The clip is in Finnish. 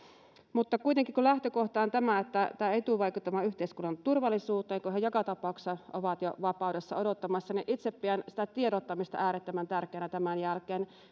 kuitenkin kun lähtökohta on että tämä ei tule vaikuttamaan yhteiskunnan turvallisuuteen kun he joka tapauksessa ovat jo vapaudessa odottamassa niin itse pidän sitä tiedottamista äärettömän tärkeänä tämän jälkeen